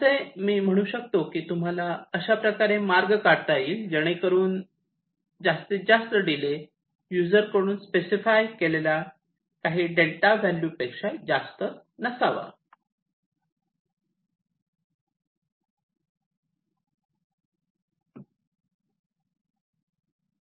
मी असे म्हणू शकतो की तुम्हाला अशाप्रकारे मार्ग काढता येईल जेणेकरून आपला जास्तीत जास्त डिले युजर कडून स्पेसिफाय केलेल्या काही डेल्टा व्हॅल्यू पेक्षा जास्त नसावा